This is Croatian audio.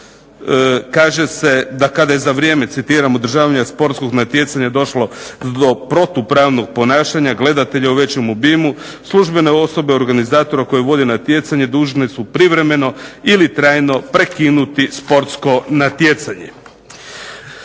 kaže se da "za vrijeme održavanja sportskog natjecanja došlo do protupravnog ponašanja gledatelja u većem obimu, službene osobe organizatora koji vode natjecanje dužni su privremeno ili trajno prekinuti sportsko natjecanje".